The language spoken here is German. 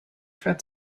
schwer